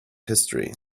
history